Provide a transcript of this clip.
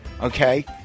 okay